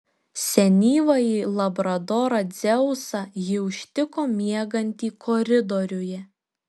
senyvąjį labradorą dzeusą ji užtiko miegantį koridoriuje